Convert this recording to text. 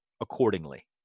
accordingly